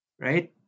right